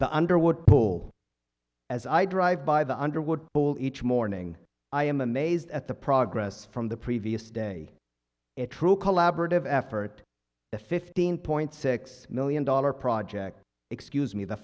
the underwood pool as i drive by the underwood bowl each morning i am amazed at the progress from the previous day a true collaborative effort the fifteen point six million dollar project excuse me the